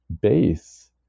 base